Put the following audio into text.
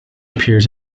appears